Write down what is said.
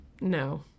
No